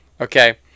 Okay